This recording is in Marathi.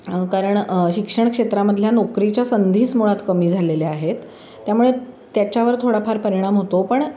कारण शिक्षण क्षेत्रामधल्या नोकरीच्या संधीच मुळात कमी झालेल्या आहेत त्यामुळे त्याच्यावर थोडाफार परिणाम होतो पण